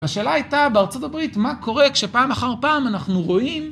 השאלה הייתה בארה״ב, מה קורה כשפעם אחר פעם אנחנו רואים